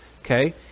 okay